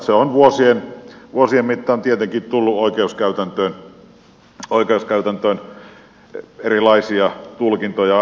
siitä on vuosien mittaan tietenkin tullut oikeuskäytäntöön erilaisia tulkintoja